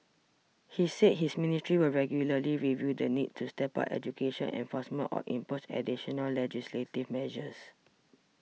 he said his ministry will regularly review the need to step up education enforcement or impose additional legislative measures